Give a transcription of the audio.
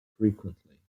frequently